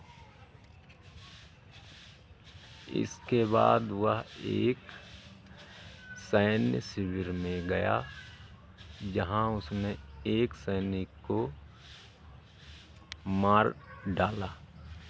इसके बाद वह एक सैन्य शिविर में गया जहाँ उसने एक सैनिक को मार डाला